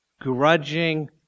grudging